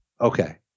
Okay